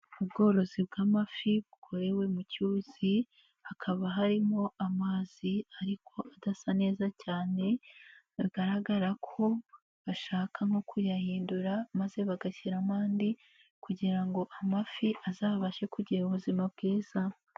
Ubworozi bw'amafi bukorewe mu cyuzi, hakaba harimo amazi ariko adasa neza cyane bigaragara ko bashaka nko kuyahindura maze bagashyiramo andi kugira ngo amafi azabashe kugira ubuzima bwiza.